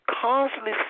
constantly